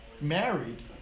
married